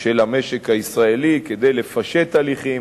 של המשק הישראלי כדי לפשט הליכים,